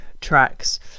tracks